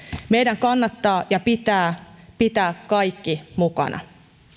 meidän kannattaa ja pitää pitää kaikki mukana